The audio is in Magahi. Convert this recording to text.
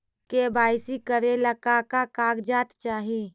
के.वाई.सी करे ला का का कागजात चाही?